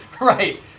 right